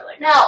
No